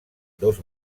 dos